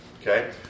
Okay